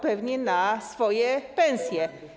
Pewnie na swoje pensje.